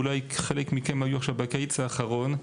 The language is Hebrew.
ואולי חלק מכם היו שם בקיץ האחרון.